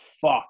fuck